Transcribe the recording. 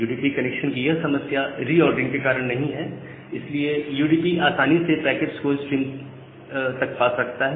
UDP connection की यह समस्या रीऑर्डरिंग के कारण नहीं है इसलिए यूडीपी आसानी से पैकेट को स्ट्रीम्स तक पास करता है